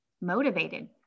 motivated